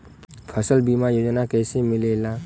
फसल बीमा योजना कैसे मिलेला?